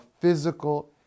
physical